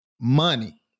money